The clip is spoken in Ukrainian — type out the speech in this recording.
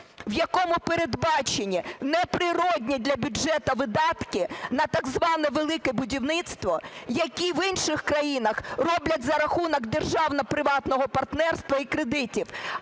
в якому передбачені неприродні для бюджету видатки на так зване "Велике будівництво", які в інших країнах роблять за рахунок державно-приватного партнерства і кредитів.